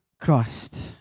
Christ